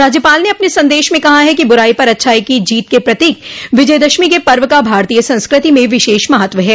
राज्यपाल ने अपने संदेश में कहा है कि बुराई पर अच्छाई की जीत का प्रतीक विजयदशमी के पर्व का भारतीय संस्कृति में विशेष महत्व है